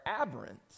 aberrant